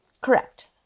Correct